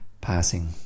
passing